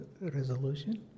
resolution